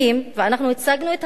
ואנחנו הצגנו את המקרים,